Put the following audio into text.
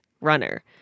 runner